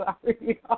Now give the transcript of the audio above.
Sorry